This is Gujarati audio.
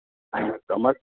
અહીંયા તમારે